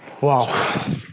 wow